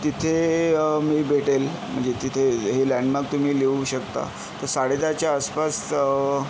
तिथे मी भेटेल म्हणजे तिथे हे लँडमार्क तुम्ही लिहू शकता तर साडेदहाच्या आसपास